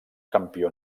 campió